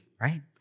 right